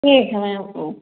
ठीक है मैं आपको